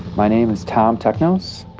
my name is tom teknos.